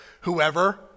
Whoever